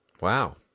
Wow